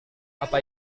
apa